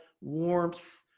warmth